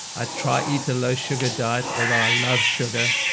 i try eat a low-sugar diet although i love sugar.